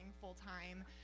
full-time